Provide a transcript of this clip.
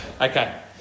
Okay